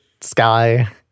sky